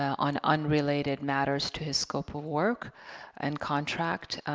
on unrelated matters to his scope of work and contract